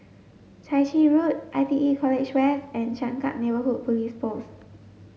Chai Chee Road I T E College West and Changkat Neighbourhood Police Post